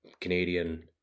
Canadian